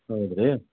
ಹೌದಾ ರೀ